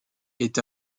est